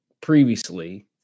previously